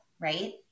right